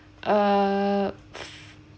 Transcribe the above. err